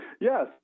Yes